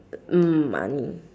mm money